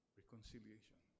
reconciliation